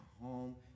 home